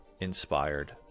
inspired